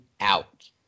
out